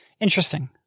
interesting